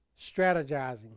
strategizing